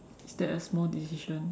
is that a small decision